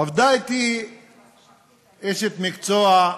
עבדה אתי אשת מקצוע,